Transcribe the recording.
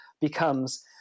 becomes